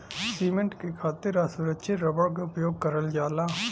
cement के खातिर असुरछित रबर क उपयोग करल जाला